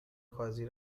قاضی